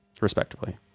Respectively